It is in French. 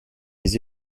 les